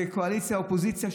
בקואליציה אופוזיציה,